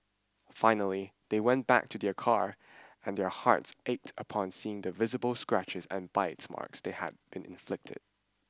finally they went back to their car and their hearts ached upon seeing the visible scratches and bite marks that had been inflicted